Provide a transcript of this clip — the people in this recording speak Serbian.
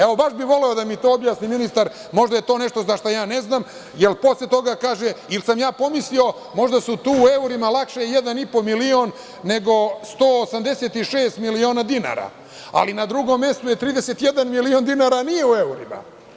Evo, baš bih voleo da mi to objasni ministar, možda je to nešto što ja ne znam, jer posle toga kaže, ili sam ja pomislio, možda su tu u eurima, lakše je jedan i po milion nego 186 miliona dinara ali na drugom mestu 31 milion nije u eruima.